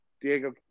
Diego